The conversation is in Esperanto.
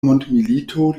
mondmilito